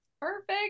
Perfect